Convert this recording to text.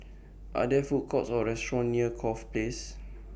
Are There Food Courts Or restaurants near Corfe Place